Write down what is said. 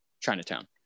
Chinatown